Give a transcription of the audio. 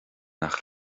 nach